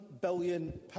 billion